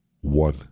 one